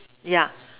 yeah